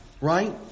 right